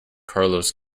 carlos